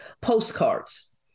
postcards